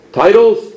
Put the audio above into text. titles